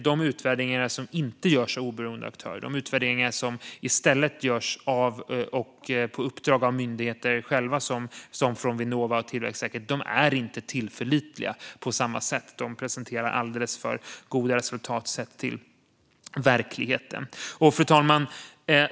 De utvärderingar som inte görs av oberoende aktörer utan av eller på uppdrag av myndigheterna själva är inte tillförlitliga. De presenterar alltför goda resultat sett till verkligheten. Fru talman!